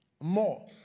more